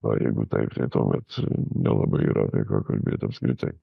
o jeigu taip tai tuomet nelabai yra apie ką kalbėt apskritai